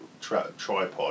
tripod